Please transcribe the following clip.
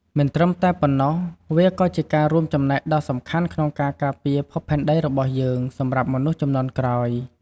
មិនត្រឹមតែប៉ុណ្ណោះ វាក៏ជាការរួមចំណែកដ៏សំខាន់ក្នុងការ ការពារភពផែនដីរបស់យើង សម្រាប់មនុស្សជំនាន់ក្រោយ។